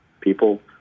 people